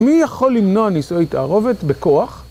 מי יכול למנוע נישואי תערובת בכוח?